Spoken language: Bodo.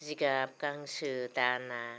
जिगाब गांसो दाना